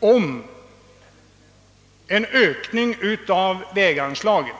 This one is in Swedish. om en ökning av väganslagen.